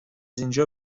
اینجا